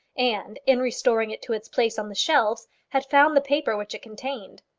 and, in restoring it to its place on the shelves, had found the paper which it contained.